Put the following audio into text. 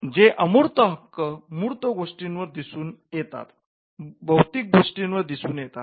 जे अमूर्त हक्क मूर्त गोष्टींवर दिसून येतात भौतिक गोष्टींवर दिसून येतात